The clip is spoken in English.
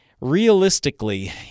Realistically